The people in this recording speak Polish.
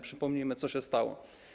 Przypomnijmy, co się stało.